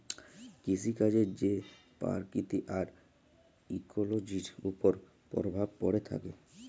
কিসিকাজের যে পরকিতি আর ইকোলোজির উপর পরভাব প্যড়ে থ্যাকে